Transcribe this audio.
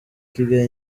kigali